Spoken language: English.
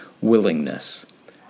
willingness